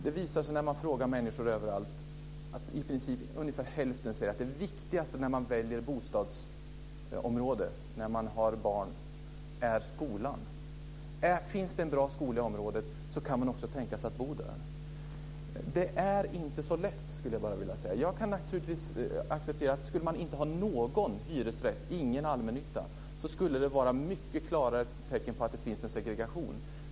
När man tillfrågar människor från olika håll visar det sig att ungefär hälften av dem som har barn i skolåldern säger att det viktigaste för valet av bostadsområde är skolan. Finns det en bra skola i området kan man också tänka sig att bo där. Jag kan acceptera att avsaknad av hyresrätter och allmännytta skulle vara mycket klara tecken på segregation.